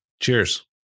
cheers